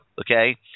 Okay